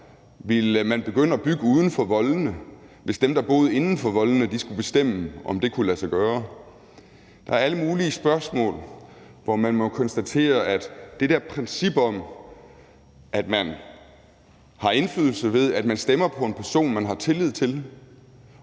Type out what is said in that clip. Ville man begynde at bygge uden for voldene, hvis dem, der boede inden for voldene, skulle bestemme, om det kunne lade sig gøre? Der er alle mulige spørgsmål, hvor man må konstatere, at det der princip om, at man har indflydelse, ved at man stemmer på en person, man har tillid til,